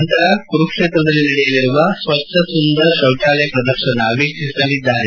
ನಂತರ ಕುರುಕ್ಷೇತ್ರದಲ್ಲಿ ನಡೆಯಲಿರುವ ಸ್ವಚ್ಚ ಸುಂದರ್ ಶೌಚಾಲಯ್ ಪ್ರದರ್ಶನ ವೀಕ್ಷಿಸಲಿದ್ದಾರೆ